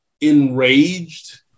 enraged